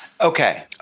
Okay